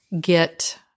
get